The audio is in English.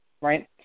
Right